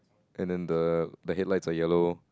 and then the the headlights are yellow